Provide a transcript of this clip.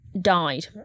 died